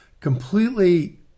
completely